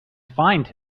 find